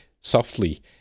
softly